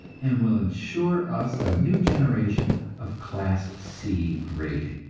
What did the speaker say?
and will insure us a new generation of class c rating.